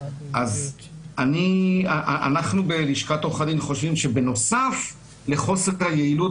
אנחנו בלשכת עורכי הדין חושבים שבנוסף לחוסר היעילות